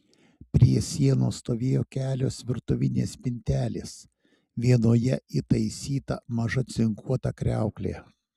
prie sienos stovėjo kelios virtuvinės spintelės vienoje įtaisyta maža cinkuota kriauklė